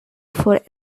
for